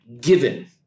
given